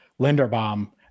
Linderbaum